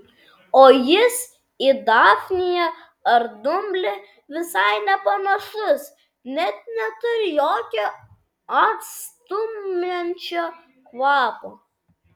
o jis į dafniją ar dumblį visai nepanašus net neturi jokio atstumiančio kvapo